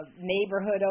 neighborhood